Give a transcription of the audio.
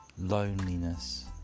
loneliness